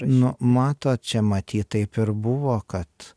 na matot čia matyt taip ir buvo kad